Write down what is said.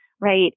right